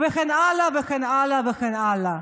וכן הלאה וכן הלאה וכן הלאה.